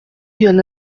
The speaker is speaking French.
y’en